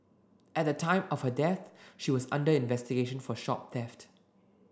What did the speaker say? at the time of her death she was under investigation for shop theft